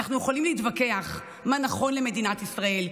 אנחנו יכולים להתווכח מה נכון למדינת ישראל,